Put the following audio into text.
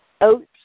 oats